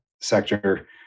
sector